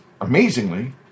amazingly